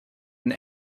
and